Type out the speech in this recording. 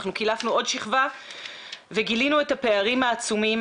קילפנו עוד שכבה וגילינו את הפערים העצומים,